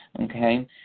okay